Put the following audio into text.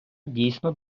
дійсно